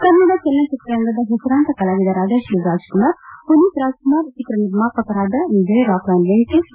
ಕನ್ನಡ ಚಲನಚಿತ್ರರಂಗದ ಹೆಸರಾಂತ ಕಲಾವಿದರಾದ ಶಿವರಾಜ್ಕುಮಾರ್ ಪುನೀತ್ ರಾಜ್ಕುಮಾರ್ ಹಾಗೂ ಚಿತ್ರ ನಿರ್ಮಾಪಕರಾದ ವಿಜಯ್ ರಾಕ್ಲ್ವೆನ್ ವೆಂಕೆಟೇಶ್ ಸಿ